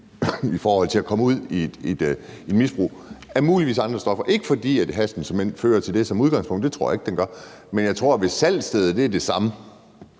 i forhold til ikke at komme ud i et misbrug af andre stoffer, ikke fordi hash som sådan fører til det som udgangspunkt – det tror jeg ikke det gør – men jeg tror, at hvis salgsstedet er det samme,